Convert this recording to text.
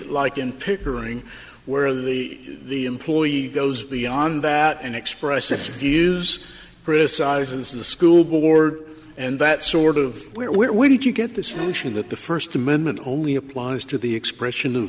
pickering where the the employee goes beyond that and express it views criticizes the school board and that sort of where where we need to get this notion that the first amendment only applies to the expression of